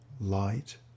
light